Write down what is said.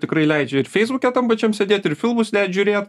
tikrai leidžia ir feisbuke tam pačiam sėdėt ir filmus net žiūrėt